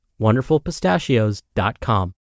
WonderfulPistachios.com